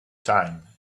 time